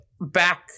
back